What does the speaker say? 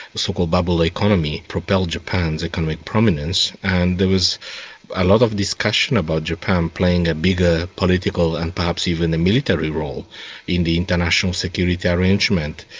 the so-called bubble economy propelled japan's economic prominence, and there was a lot of discussion about japan playing a bigger political and perhaps even a military role in the international security arrangement.